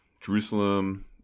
jerusalem